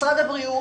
משרד הבריאות,